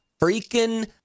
freaking